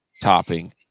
topping